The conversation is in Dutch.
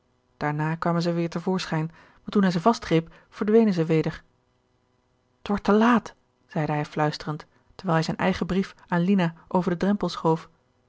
daarna kwamen zij weer te voorschijn maar toen hij ze vast greep verdwenen zij weder t wordt te laat zei de hij fluisterend terwijl hij zijn eigen brief aan lina over den drempel schoof